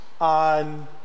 on